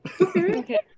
Okay